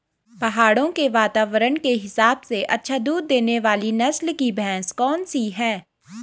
पहाड़ों के वातावरण के हिसाब से अच्छा दूध देने वाली नस्ल की भैंस कौन सी हैं?